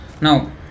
Now